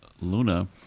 Luna